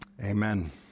Amen